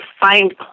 find